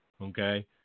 Okay